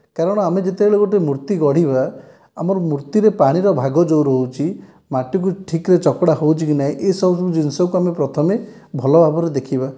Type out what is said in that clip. କାରଣ ଆମେ ଯେତେବେଳେ ଗୋଟିଏ ମୂର୍ତ୍ତି ଗଢ଼ିବା ଆମର ମୂର୍ତ୍ତିରେ ପାଣିର ଭାଗ ଯେଉଁ ରହୁଛି ମାଟିରେ ଠିକରେ ଚକୁଡ଼ା ହେଉଛି କି ନାହିଁ ଏସବୁ ଜିନିଷକୁ ଆମେ ପ୍ରଥମେ ଭଲ ଭାବରେ ଦେଖିବା